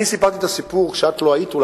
אני סיפרתי את הסיפור כשאת לא היית,